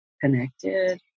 connected